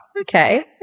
Okay